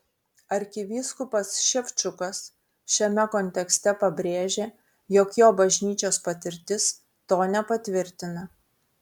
arkivyskupas ševčukas šiame kontekste pabrėžė jog jo bažnyčios patirtis to nepatvirtina